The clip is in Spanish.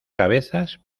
cabezas